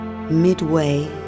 Midway